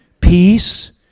peace